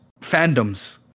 fandoms